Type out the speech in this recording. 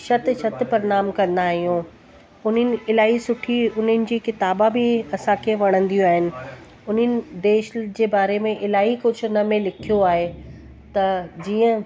शत शत परिणाम कंदा आहियूं हुननि इलाही सुठी उन्हनि जी किताबा बि असांखे वणंदियूं आइन उन्हनि देश जे बारे में इलाही कुझु उन में लिखियो आहे त जीअं